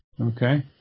okay